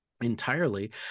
Entirely